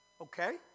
Okay